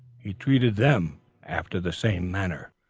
he treated them after the same manner.